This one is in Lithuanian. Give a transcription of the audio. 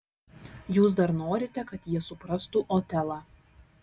jūs dar norite kad jie suprastų otelą